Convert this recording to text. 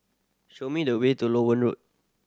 show me the way to Loewen Road